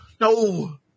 no